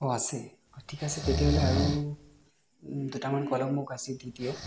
অঁ আছে অঁ ঠিক আছে তেতিয়াহ'লে আৰু দুটামান কলম মোক আজি দি দিয়ক